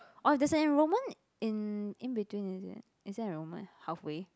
orh there's an enrolment in in between is it is there an enrolment halfway